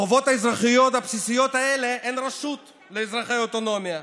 החובות האזרחיות הבסיסיות האלה הן רשות לאזרחי האוטונומיה.